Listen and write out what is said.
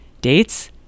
Dates